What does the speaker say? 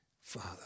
Father